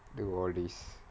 do all these